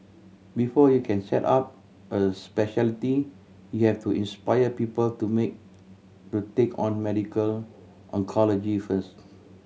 before you can set up a speciality you have to inspire people to make to take on medical oncology first